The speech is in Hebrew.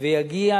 ויגיע